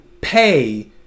pay